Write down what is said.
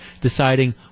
deciding